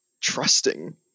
trusting